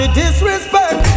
disrespect